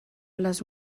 les